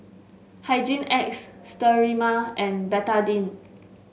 Hygin X Sterimar and Betadine